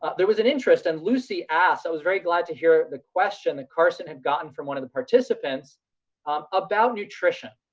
ah there was an interest, and lucy asked, i was very glad to hear the question that carson had gotten from one of the participants um about nutrition.